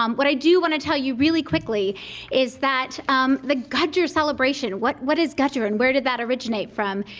um what i do want to tell you really quickly is that the gudger celebration what what is gudger and where did that originate from?